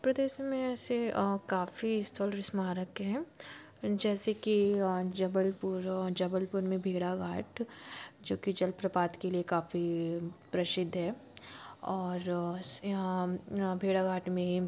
मध्य प्रदेस में ऐसे काफ़ी स्थल और स्मारक हैं जैसे कि जबलपुर और जबलपुर में भेड़ाघाट जो कि जल प्रपात के लिए काफ़ी प्रसिद्ध है और यहाँ भेड़ाघाट में